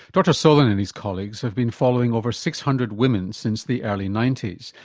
dr solin and his colleagues have been following over six hundred women since the early ninety s.